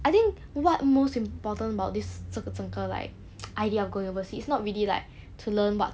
I think what most important about this 这个整个 like idea of going overseas is not really like to learn what